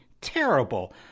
terrible